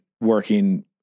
working